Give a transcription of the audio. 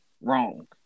Wrong